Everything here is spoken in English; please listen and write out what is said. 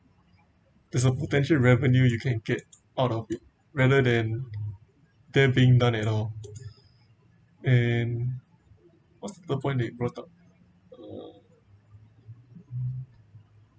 there's a potential revenue you can get out of it rather than there being none at all and was the point they brought up